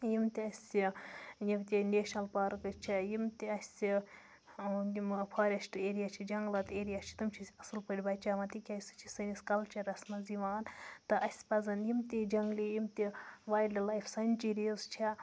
یِم تہِ اَسہِ یِم تہِ نیشنَل پارکٕس چھےٚ یِم تہِ اَسہِ یِمہٕ فارٮ۪سٹ ایریا چھِ جنٛگلاتی ایریا چھِ تِم چھِ أسۍ اَصٕل پٲٹھۍ بَچاوان تِکیٛازِ سُہ چھِ سٲنِس کَلچَرَس منٛز یِوان تہٕ اَسہِ پزَن یِم تہِ جنٛگلی یِم تہِ وایلڑٕ لایف سٔنچِریز چھےٚ